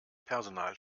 personal